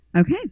Okay